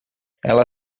ela